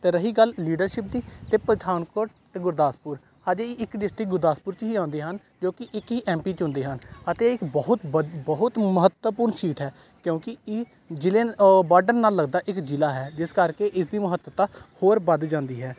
ਅਤੇ ਰਹੀ ਗੱਲ ਲੀਡਰਸ਼ਿਪ ਦੀ ਤਾਂ ਪਠਾਨਕੋਟ ਅਤੇ ਗੁਰਦਾਸਪੁਰ ਇੱਕ ਡਿਸਟ੍ਰਿਕਟ ਗੁਰਦਾਸਪੁਰ 'ਚ ਹੀ ਆਉਂਦੇ ਹਨ ਜੋ ਕਿ ਇੱਕ ਹੀ ਐੱਮ ਪੀ ਚੁਣਦੇ ਹਨ ਅਤੇ ਇਹ ਇੱਕ ਬਹੁਤ ਵੱਧ ਬਹੁਤ ਮਹੱਤਵਪੂਰਨ ਸੀਟ ਹੈ ਕਿਉਂਕਿ ਇਹ ਜ਼ਿਲ੍ਹੇ ਬਾਰਡਰ ਨਾਲ ਲੱਗਦਾ ਇੱਕ ਜ਼ਿਲ੍ਹਾ ਹੈ ਜਿਸ ਕਰਕੇ ਇਸ ਦੀ ਮਹੱਤਤਾ ਹੋਰ ਵੱਧ ਜਾਂਦੀ ਹੈ